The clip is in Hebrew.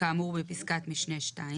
כאמור בפסקת משנה (2)